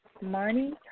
Money